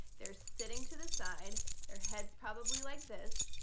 they're sitting to the side, their heads probably like this,